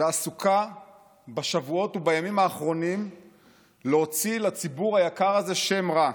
ועסוקה בשבועות ובימים האחרונים להוציא לציבור היקר הזה שם רע.